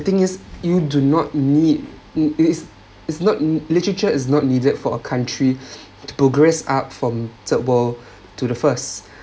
thing is you do not need it is it's not in literature is not needed for a country to progress up from third world to the first